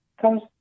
comes